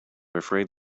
afraid